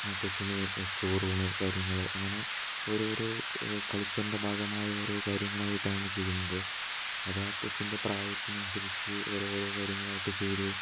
ആ കൊച്ചിന് ചോറൂണ് കാര്യങ്ങൾ അങ്ങനെ ഓരോരോ കൾച്ചറിന്റെ ഭാഗമായ ഓരോ കാര്യങ്ങളായിട്ടാണ് ചെയ്യുന്നത് അതാ കൊച്ചിന്റെ പ്രായത്തിനനുസരിച്ച് ഓരോരോ കാര്യങ്ങളായിട്ട് ചെയ്ത്